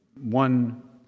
one